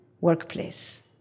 workplace